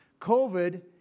COVID